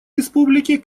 республики